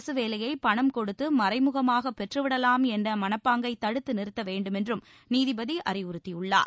அரசு வேலையை பணம கொடுத்து மறைமுகமாக பெற்றுவிடவாம் என் மனப்பாங்கை தடுத்து நிறுத்த வேண்டுமென்றும் நீதிபதி அறிவுறுத்தியுள்ளார்